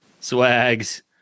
swags